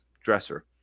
dresser